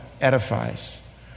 edifies